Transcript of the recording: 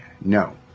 No